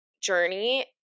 journey